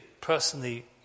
personally